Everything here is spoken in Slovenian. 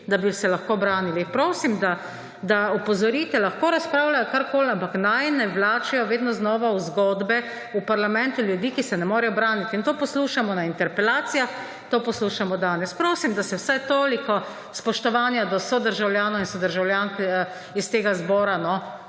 da bi se lahko branili. Prosim, da opozorite. Lahko razpravlja karkoli, ampak naj ne vlačijo vedno znova v zgodbe v parlamentu ljudi, ki se ne morejo branit. In to poslušamo na interpelacijah, to poslušamo danes. Prosim, da se vsaj toliko spoštovanja do sodržavljanov in sodržavljank iz tega zbora da